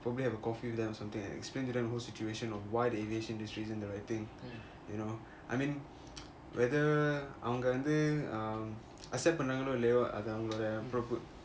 probably have a coffee with them or something and explain to them the whole situation of why the aviation industry isn't the right thing you know I mean whether அவங்க வந்து:avanga vanthu accept பண்றங்களோ இல்லையோ அது அவங்களோட பொறுப்பு:panrangalo illayo athu avangaloda porupu